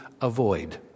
avoid